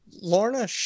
Lorna